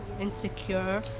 Insecure